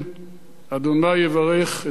השם יברך את עמו בשלום.